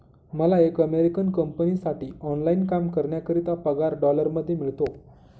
मला एका अमेरिकन कंपनीसाठी ऑनलाइन काम करण्याकरिता पगार डॉलर मध्ये मिळतो